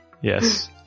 Yes